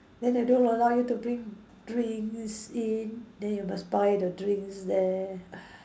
then they don't allow you to bring drinks in then you must buy the drinks there